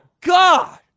God